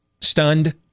stunned